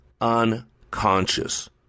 Unconscious